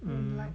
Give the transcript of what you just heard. mm